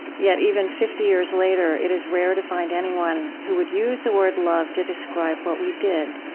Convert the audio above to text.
yet even fifty years later, it is rare to find anyone who would use the word love to describe what we did.